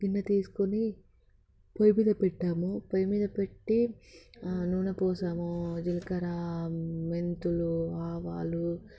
గిన్నె తీసుకుని పొయ్యి మీద పెట్టాము పొయ్యి మీద పెట్టి నూనె పోసాం జీలకర్ర మెంతులు ఆవాలు